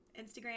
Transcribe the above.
Instagram